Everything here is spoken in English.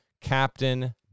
Captain